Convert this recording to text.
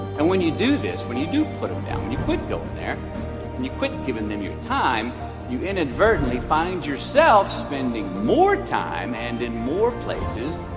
and when you do this, when you do put them down, when you quit going there when and you quit giving them your time you inadvertently find yourself spending more time and in more places